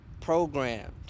programmed